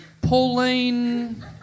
Pauline